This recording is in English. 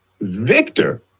Victor